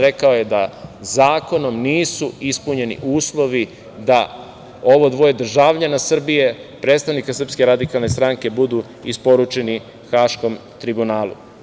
Rekao je da zakonom nisu ispunjeni uslovi da ovo dvoje državljana Srbije, predstavnika SRS, budu isporučeni Haškom tribunalu.